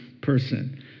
person